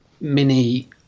mini